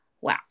Wow